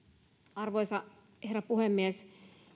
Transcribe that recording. arvoisa herra puhemies